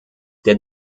der